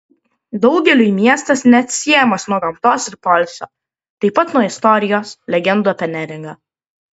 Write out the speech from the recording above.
daugeliui miestas neatsiejamas nuo gamtos ir poilsio taip pat nuo istorijos legendų apie neringą